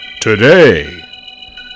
today